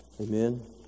Amen